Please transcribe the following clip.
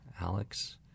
Alex